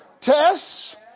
tests